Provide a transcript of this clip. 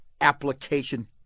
application